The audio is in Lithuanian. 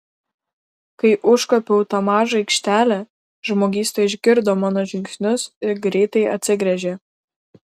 kai užkopiau į tą mažą aikštelę žmogysta išgirdo mano žingsnius ir greitai atsigręžė